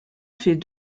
fait